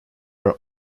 are